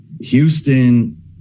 Houston